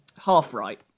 Half-right